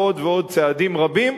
ועוד ועוד צעדים רבים,